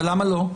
אבל למה לא?